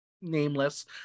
nameless